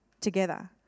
together